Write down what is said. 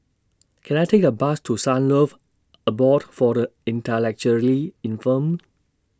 Can I Take A Bus to Sunlove Abode For The Intellectually Infirmed